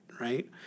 right